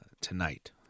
tonight